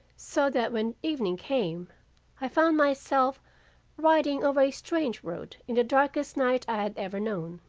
so that when evening came i found myself riding over a strange road in the darkest night i had ever known.